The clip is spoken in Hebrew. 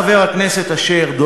חבר הכנסת אשר,